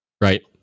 Right